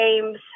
Games